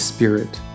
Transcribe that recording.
Spirit